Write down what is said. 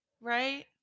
right